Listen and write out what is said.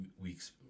weeks